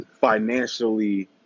financially